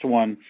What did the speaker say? one